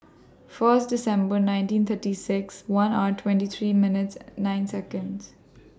First December nineteen thirty six one hours twenty three minutes nine Seconds